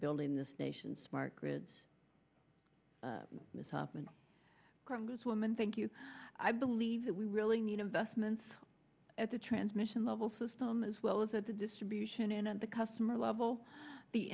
building this nation smart grids miss hoffman congresswoman thank you i believe that we really need investments at the transmission level system as well as at the distribution and the customer level